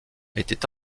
étaient